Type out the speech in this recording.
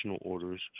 orders